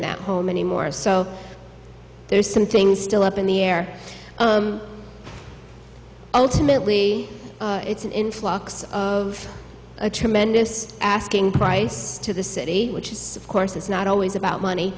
that home anymore so there is something still up in the air ultimately it's an influx of a tremendous asking price to the city which is course it's not always about money